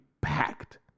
packed